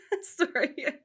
Sorry